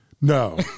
No